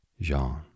Jean